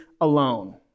alone